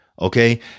Okay